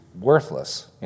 worthless